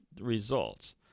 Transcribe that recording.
results